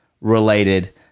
related